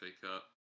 Cup